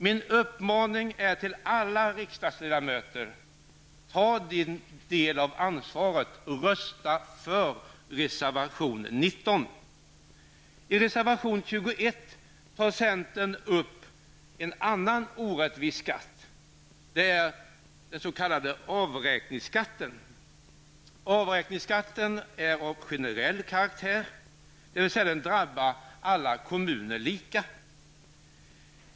Min uppmaning till alla riksdagsledamöter är: Ta er del av ansvaret och rösta för reservation 19! I reservation 21 tar vi i centern upp en annan orättvis skatt. Det gäller den s.k. avräkningsskatten. Avräkningsskatten är av generell karaktär, dvs. den drabbar alla kommuner lika.